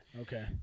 okay